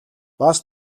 бас